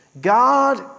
God